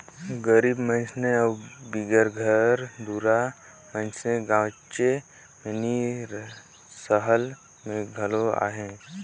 गरीब मइनसे अउ बिगर घर दुरा दार मइनसे गाँवेच में नी हें, सहर में घलो अहें